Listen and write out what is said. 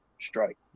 strike